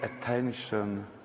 attention